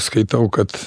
skaitau kad